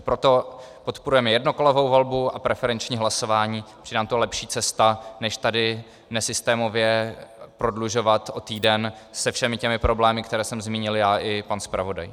Proto podporujeme jednokolovou volbu a preferenční hlasování, připadá nám to lepší cesta než tady nesystémově prodlužovat o týden se všemi problémy, které jsem zmínil já i pan zpravodaj.